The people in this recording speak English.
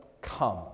come